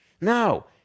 No